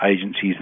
agencies